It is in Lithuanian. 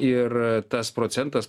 ir tas procentas